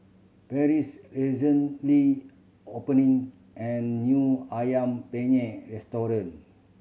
Parrish recently opening an new Ayam Penyet restaurant